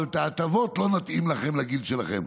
אבל את ההטבות לא נתאים לכם, לגיל שלכם.